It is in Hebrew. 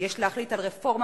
יש להחליט על רפורמה